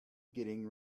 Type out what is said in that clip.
getting